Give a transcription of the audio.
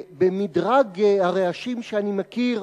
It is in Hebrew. במדרג הרעשים שאני מכיר,